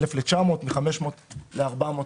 מ-500 ל-400 בהיברידי.